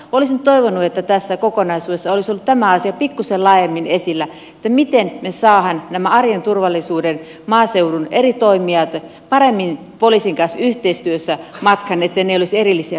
olisin toivonut että tässä kokonaisuudessa olisi ollut tämä asia pikkusen laajemmin esillä miten me saamme nämä arjen turvallisuuden maaseudun eri toimijat paremmin poliisin kanssa yhteistyössä matkaan etteivät ne olisi erillisiä toimijoita